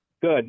Good